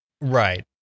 Right